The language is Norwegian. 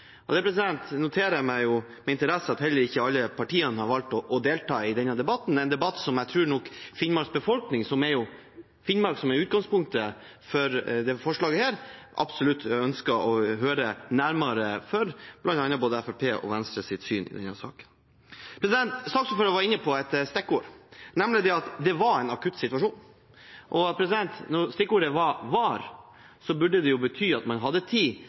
noterer meg med interesse at heller ikke alle partiene har valgt å delta i denne debatten, en debatt som jeg nok tror Finnmarks befolkning – det er jo Finnmark som er utgangspunktet for dette forslaget – absolutt ønsket å høre nærmere om, bl.a. om både Fremskrittspartiet og Venstre sitt syn i denne saken. Saksordføreren var inne på et stikkord, nemlig at det var en «akutt situasjon». Og når stikkordet var «var», burde det bety at man hadde tid